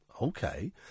Okay